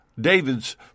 David's